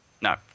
No